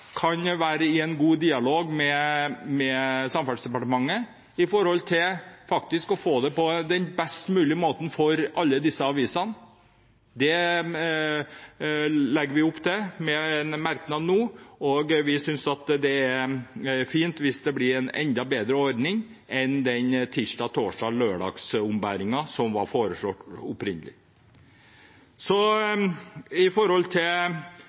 kan være i en god dialog med Samferdselsdepartementet når det gjelder det å få det på best mulig måte for alle disse avisene. Det legger vi opp til med en merknad nå, og vi synes det er fint hvis det blir en enda bedre ordning enn tirsdags-/torsdags-/lørdagsombæringen som opprinnelig var foreslått.